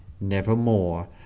nevermore